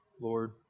Lord